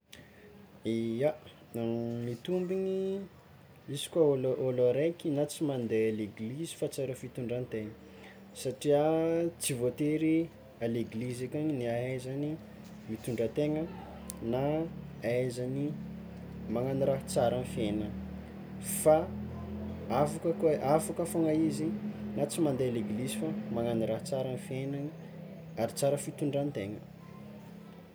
Ia, mitombiny izy koa olo olo araiky na tsy mande legilizy fa tsara fitondrantegna, satria tsy voatery a legilizy akagny ny ahaizany hitondra tegna na ahaizany magnagno raha tsara amy fiaignany, fa afaka koa afaka fôgna izy na tsy mande legilizy fa magnagno raha tsara amy fiaignany ary tsara amy fitondrantenany.